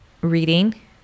reading